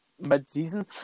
mid-season